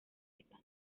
suiza